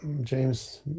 James